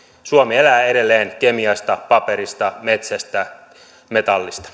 suomi elää edelleen kemiasta paperista metsästä metallista